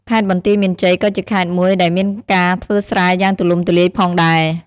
ខេត្តបន្ទាយមានជ័យ ក៏ជាខេត្តមួយដែលមានការធ្វើស្រែយ៉ាងទូលំទូលាយផងដែរ។